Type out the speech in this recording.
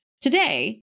Today